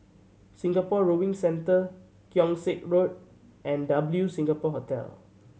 Singapore Rowing Centre Keong Saik Road and W Singapore Hotel